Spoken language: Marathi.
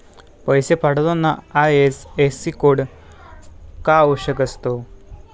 पैसे पाठवताना आय.एफ.एस.सी कोड का आवश्यक असतो?